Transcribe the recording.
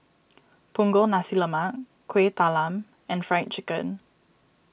Punggol Nasi Lemak Kueh Talam and Fried Chicken